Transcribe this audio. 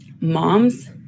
moms